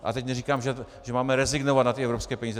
A teď neříkám, že máme rezignovat na ty evropské peníze.